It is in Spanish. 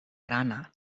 rana